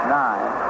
nine